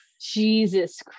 Jesus